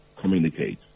communicate